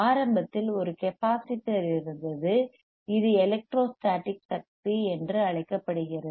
ஆரம்பத்தில் ஒரு கெப்பாசிட்டர் இருந்தது இது எலெக்ட்ரோஸ்டாடிக் சக்தி என அழைக்கப்படுகிறது